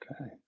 Okay